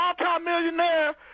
multi-millionaire